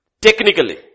Technically